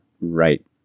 right